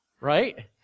right